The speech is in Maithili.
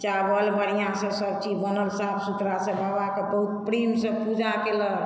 चावल बढ़िआँसँ सभचीज बनल साफ सुथरासँ बाबाके प्रेमसँ पूजा केलक